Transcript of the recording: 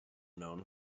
known